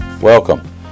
Welcome